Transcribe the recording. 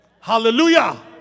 Hallelujah